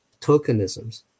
tokenisms